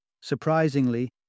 Surprisingly